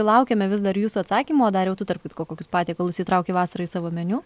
laukiame vis dar jūsų atsakymų o dariau tu tarp kitko kokius patiekalus įtrauki vasarą į savo meniu